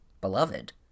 beloved